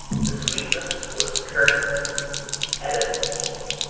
the sweetness was turned to adamantine,